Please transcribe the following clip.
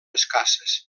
escasses